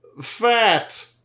Fat